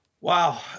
Wow